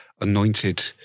anointed